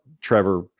Trevor